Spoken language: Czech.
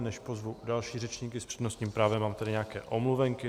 Než pozvu další řečníky s přednostním právem, mám tady nějaké omluvenky.